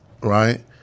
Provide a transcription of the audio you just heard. right